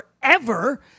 forever